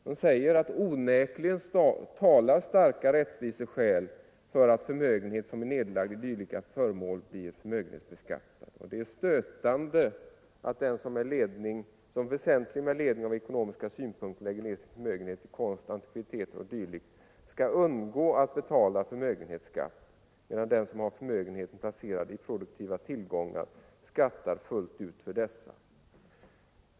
Den säger att onekligen talar starka rättviseskäl för att förmögenhet som är nedlagd i konstsamlingar o. d. blir förmögenhetsbeskattad och att det är stötande att den som väsentligen med ledning av ekonomiska synpunkter lägger ned en förmögenhet i konst, antikviteter o. d. skall undgå att betala förmögenhetsskatt medan den som har förmögenheten placerad i produktiva tillgångar skattar fullt ut för denna.